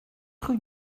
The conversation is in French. rue